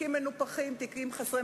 עכשיו אומרים לקצץ בתקציב הביטחון.